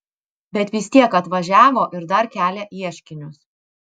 bet vis tiek atvažiavo ir dar kelia ieškinius